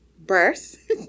birth